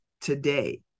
today